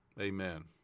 Amen